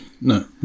No